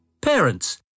Parents